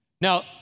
Now